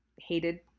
hated